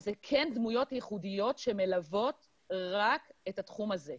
זה כן דמויות ייחודיות שמלוות רק את התחום הזה.